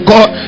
God